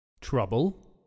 Trouble